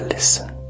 Listen